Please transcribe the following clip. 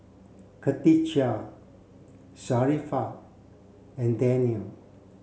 Katijah Sharifah and Danial